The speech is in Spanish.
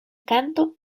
canto